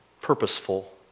purposeful